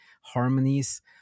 harmonies